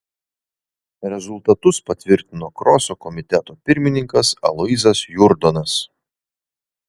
rezultatus patvirtino kroso komiteto pirmininkas aloyzas jurdonas